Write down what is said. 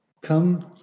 Come